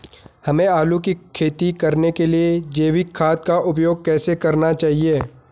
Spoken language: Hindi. हमें आलू की खेती करने के लिए जैविक खाद का उपयोग कैसे करना चाहिए?